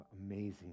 amazing